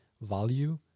value